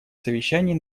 совещании